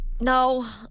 No